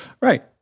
right